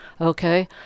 okay